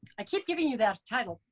i keep giving you that title.